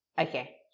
Okay